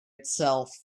itself